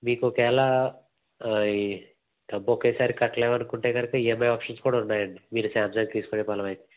మీకు ఒకవేళ ఈ డబ్బు ఒకేసారి కట్టలేము అనుకుంటే కనుక ఈఎంఐ ఆప్షన్స్ కూడా ఉన్నాయండి మీరు సామ్సంగ్ తీసుకునే పని అయితే